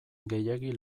gehiegi